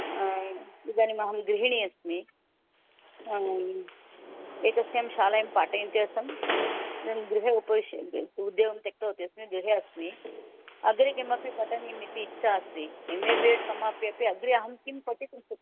इदानीमहं गृहिणी अस्मि एकस्यां शालायां पाठयन्ती आसं गृहे उपविश्य उद्योगं त्यक्तवती अस्मि गृहे अस्मि अग्रे किमपि पठनीयम् इति इच्छा अस्ति एम् ए बि एड् समाप्य अपि अग्रे अहं किं पठितुम् श